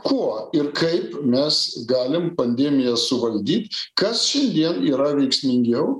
kuo ir kaip mes galim pandemiją suvaldyt kas šiandien yra veiksmingiau